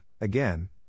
again